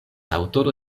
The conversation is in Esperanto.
aŭtoro